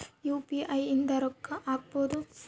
UPI ಇಂದ ರೊಕ್ಕ ಹಕ್ಬೋದು